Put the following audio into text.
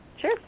Sure